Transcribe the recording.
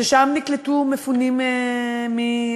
שבו נקלטו מפונים מחומש,